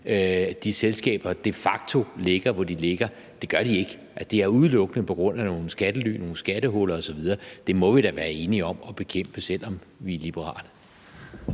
de selskaber de facto ligger, hvor de ligger. Det gør de ikke. De er der udelukkende på grund af nogle skattely, nogle skattehuller osv. Det må vi da være enige om at bekæmpe, selv om vi er liberale.